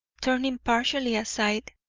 turning partially aside,